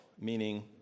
meaning